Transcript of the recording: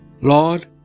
Lord